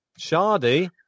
Shardy